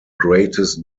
greatest